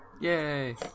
Yay